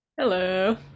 Hello